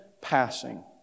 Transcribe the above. passing